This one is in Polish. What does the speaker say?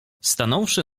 stanąwszy